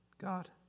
God